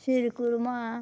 sheer khurma